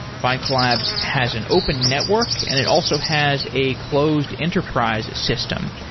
findcollabs has an open network and it also has a closed enterprise system.